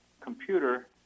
computer